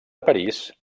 parís